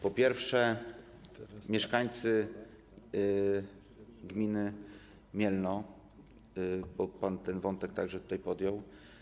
Po pierwsze, mieszkańcy gminy Mielno, bo pan ten wątek także tutaj podjął.